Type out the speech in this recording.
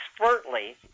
expertly